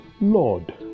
Lord